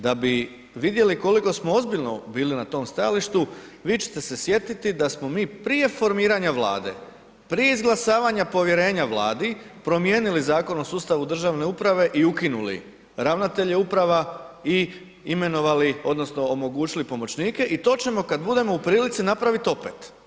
Da bi vidjeli koliko smo ozbiljno bili na tom stajalištu vi ćete se sjetiti da smo mi prije formiranja vlade, prije izglasavanja povjerenja vladi promijenili Zakon o sustavu državne uprave i ukinuli ravnatelje uprave i imenovali odnosno omogućili pomoćnike i to ćemo kad budemo u prilici napraviti opet.